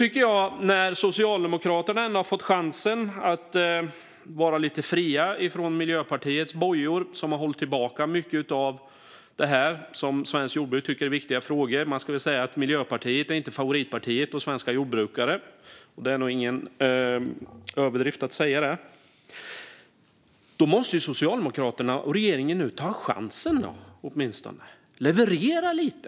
Socialdemokraterna har nu fått chansen att vara lite fria från Miljöpartiets bojor, som har hållit tillbaka mycket av det som svenskt jordbruk tycker är viktiga frågor. Det är nog ingen överdrift att säga att Miljöpartiet inte är favoritpartiet bland svenska jordbrukare. Då måste Socialdemokraterna och regeringen nu åtminstone ta chansen. Leverera lite!